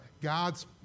God's